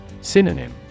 Synonym